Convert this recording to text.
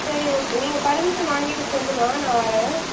சரி ஓகே நீங்கள் பர்மிஷன் வாங்கிட்டு சொல்லும்மா நான் வரேன்